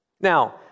Now